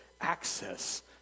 access